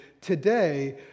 today